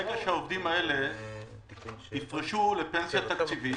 ברגע שהעובדים האלה יפרשו לפנסיה תקציבית,